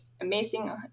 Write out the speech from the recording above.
amazing